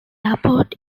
airport